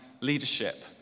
leadership